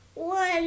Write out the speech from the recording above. One